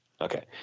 Okay